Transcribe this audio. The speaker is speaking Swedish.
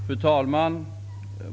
Fru talman!